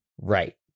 Right